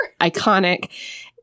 iconic